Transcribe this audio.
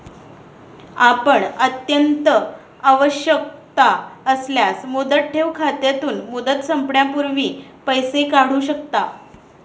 आपण अत्यंत आवश्यकता असल्यास मुदत ठेव खात्यातून, मुदत संपण्यापूर्वी पैसे काढू शकता